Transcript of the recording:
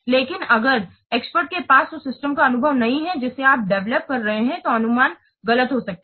लेकिन अगर एक्सपर्ट के पास उस सिस्टम का अनुभव नहीं है जिसे आप डेवेलोप कर रहे हैं तो अनुमान गलत हो सकता है